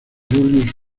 julius